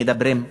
אם מדברים,